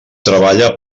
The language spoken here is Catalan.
treballa